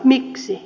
miksi